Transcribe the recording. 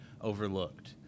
overlooked